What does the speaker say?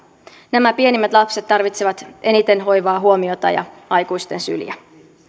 nämä pienimmät lapset tarvitsevat eniten hoivaa huomiota ja aikuisten syliä